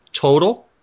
total